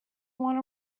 want